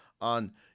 on